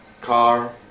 car